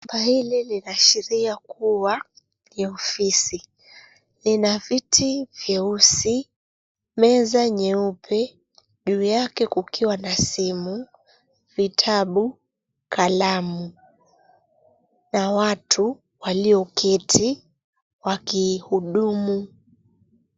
Hili linaashiria kuwa ni ofisi. Lina viti vyeusi, meza nyeupe, juu yake kukiwa simu, vitabu, kalamu na watu walioketi wakihudumu.